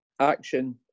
action